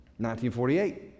1948